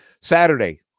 Saturday